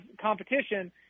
competition